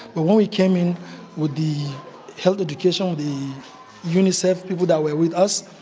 but when we came in with the health education, the unicef, people that were with us,